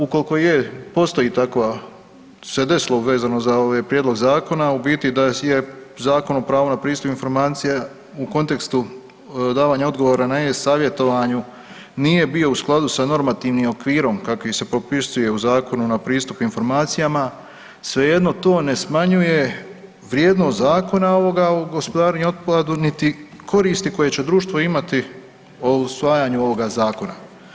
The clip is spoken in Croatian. Ukoliko postoji takva se desilo vezano za ovaj prijedlog zakona u biti da je Zakon o pravo na pristup informacijama u kontekstu davanja odgovora na e-Savjetovanju nije bilo u skladu sa normativnim okvirom kakvi se propisuje u Zakonu na pristup informacijama, svejedno to ne smanjuje vrijednost zakona ovoga u gospodarenju otpadu niti koristi koje će društvo imati o usvajanju ovoga zakona.